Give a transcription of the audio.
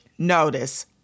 Notice